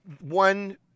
one